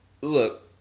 Look